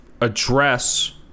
address